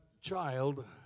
child